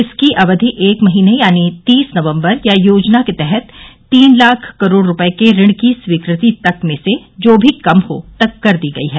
इसकी अवधि एक महीने यानी तीस नवम्बर या योजना के तहत तीन लाख करोड़ रुपए के ऋण की स्वीकृति तक में से जो भी कम हो तक कर दी गई है